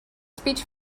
speech